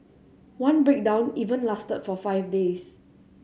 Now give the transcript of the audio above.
one breakdown even lasted for five days